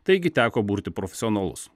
taigi teko burti profesionalus